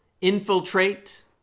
infiltrate